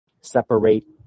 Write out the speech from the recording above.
separate